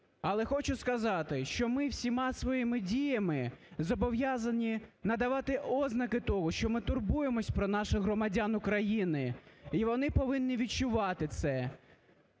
Але хочу сказати, що ми всіма своїми діями зобов'язані надавати ознаки того, що ми турбуємося про наших громадян України, і вони повинні відчувати це.